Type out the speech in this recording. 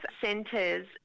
centres